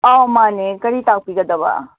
ꯑꯥ ꯃꯥꯅꯦ ꯀꯔꯤ ꯇꯥꯛꯄꯤꯒꯗꯕ